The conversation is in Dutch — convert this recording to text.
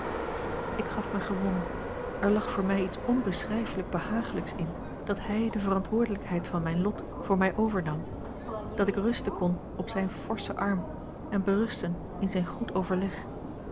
ik gaf mij gewonnen er lag voor mij iets onbeschrijfelijk bea l g bosboom-toussaint langs een omweg haaglijks in dat hij de verantwoordelijkheid van mijn lot voor mij overnam dat ik rusten kon op zijn forschen arm en berusten in zijn goed overleg